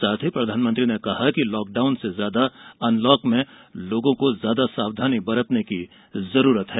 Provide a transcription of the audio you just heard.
साथ ही प्रधानमंत्री ने कहा है कि लॉकडाउन से ज्यादा अनलॉक में लोगों को ज्यादा सावधानी बरतने की जरूरत है